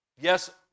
Yes